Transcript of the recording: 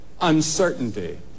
uncertainty